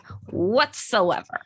whatsoever